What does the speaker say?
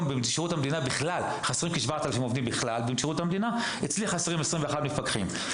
בשירות המדינה בכלל חסרים כ-7,000 עובדים ואצלי חסרים 21 מפקחים.